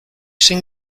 sing